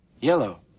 Yellow